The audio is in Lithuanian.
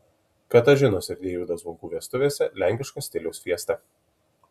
katažinos ir deivydo zvonkų vestuvėse lenkiško stiliaus fiesta